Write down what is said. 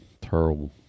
Terrible